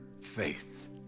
faith